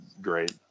great